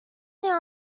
there